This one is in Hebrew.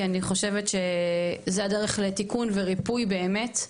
כי אני חושבת שזו הדרך לתיקון וריפוי באמת,